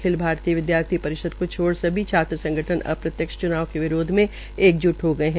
अखिल भारतीय विद्यार्थी परिषद को छोड़कर सभी छात्र संगठन प्रत्यक्ष च्नाव का विरोध में एकज्ट हो गये है